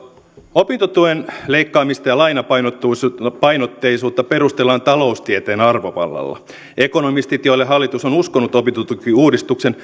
opintotuen leikkaamista ja lainapainotteisuutta lainapainotteisuutta perustellaan taloustieteen arvovallalla ekonomistit joille hallitus on uskonut opintotukiuudistuksen